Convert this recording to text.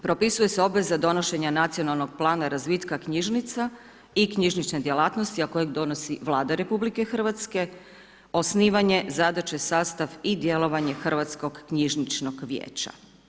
Propisuje se obveza donošenja nacionalnog plana razvitka knjižnica i knjižnične djelatnosti, a koju donosi Vlada RH, osnivanje, zadaće, sastav i djelovanje Hrvatskog knjižničnog vijeća.